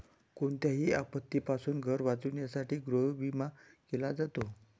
कोणत्याही आपत्तीपासून घर वाचवण्यासाठी गृहविमा केला जातो